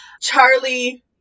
Charlie